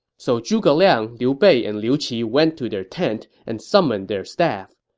so zhuge liang, liu bei, and liu qi went to their tent and summoned their staff.